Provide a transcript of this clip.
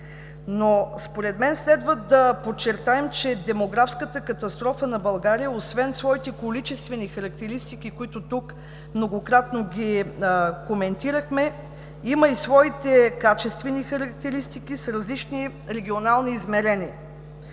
Но според мен следва да подчертаем, че демографската катастрофа на България освен своите количествени характеристики, които тук многократно коментирахме, има и своите качествени характеристики с различни регионални измерения.